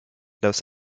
los